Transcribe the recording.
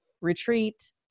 retreat